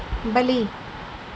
بلی